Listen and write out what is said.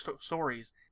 stories